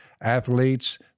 Athletes